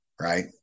right